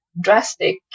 drastic